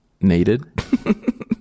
needed